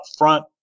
upfront